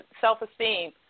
self-esteem